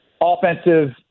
offensive